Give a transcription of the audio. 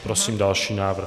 Prosím další návrh.